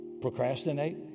Procrastinate